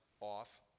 off